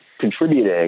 contributing